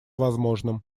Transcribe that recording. возможным